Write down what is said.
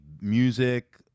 music